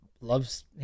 loves